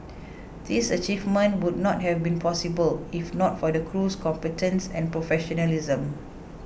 these achievements would not have been possible if not for the crew's competence and professionalism